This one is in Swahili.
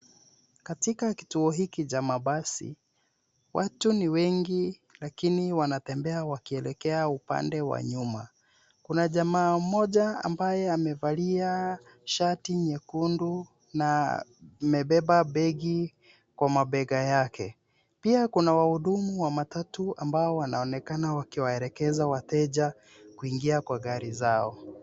Katika kituo hiki cha mabasi, watu ni wengi lakini wanatembea wakielekea upande wa nyuma. Kuna jamaa mmoja ambaye amevalia shati nyekundu na amebeba begi kwa mabega yake. Pia kuna wahudumu wa matatu ambao wanaonekana wakiwaelekeza wateja kuingia kwa gari zao.